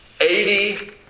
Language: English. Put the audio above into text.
Eighty